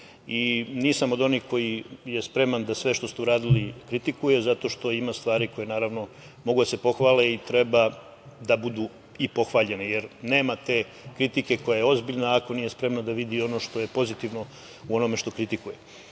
i nisam od onih koji je spreman da sve što ste uradili kritikuje zato što ima stvari koje naravno mogu da se pohvale i treba da budu i pohvaljene jer nema te kritike koja je ozbiljna ako nije spremna da vidi ono što je pozitivno u onome što kritikuje.Međutim,